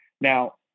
Now